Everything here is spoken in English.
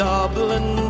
Dublin